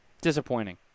Disappointing